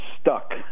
stuck